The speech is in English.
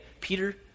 Peter